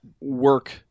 Work